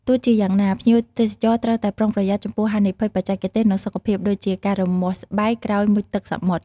ទោះជាយ៉ាងណា ភ្ញៀវទេសចរត្រូវតែប្រុងប្រយ័ត្នចំពោះហានិភ័យបច្ចេកទេស និងសុខភាព ដូចជា ការរមាស់ស្បែកក្រោយមុជទឹកសមុទ្រ។